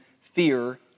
fear